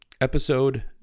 episode